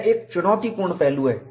यह एक चुनौतीपूर्ण पहलू है